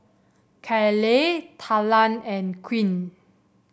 Caleigh Talan and Quint